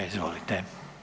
Izvolite.